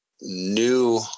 new